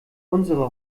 unsere